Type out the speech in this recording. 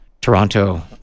Toronto